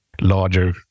larger